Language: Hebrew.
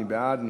מי בעד?